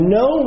no